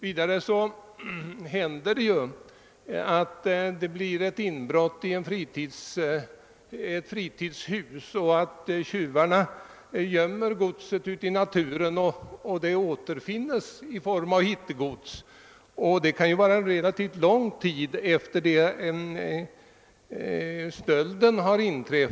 Vidare kan det inträffa att ett inbrott begås i ett fritidshus och att tjuvarna gömmer godset ute i naturen, varefter det återfinns — i form av hittegods — relativt lång tid efter det att stölden förövats.